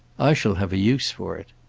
i shall have a use for it!